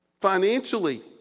Financially